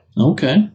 Okay